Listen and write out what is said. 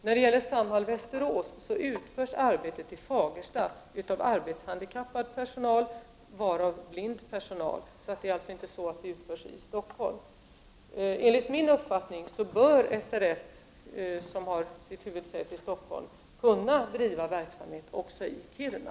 När det gäller Samhall i Västerås utförs arbetet i Fagersta av arbetshandikappad personal, bl.a. blind personal. Arbetet utförs således inte i Stockholm. Enligt min uppfattning bör SRF som har sitt huvudsäte i Stockholm även kunna driva verksamhet i Kiruna.